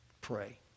pray